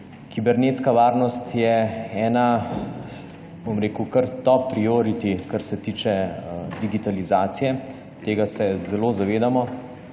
Kibernetska varnost je top priority, kar se tiče digitalizacije. Tega se zelo zavedamo.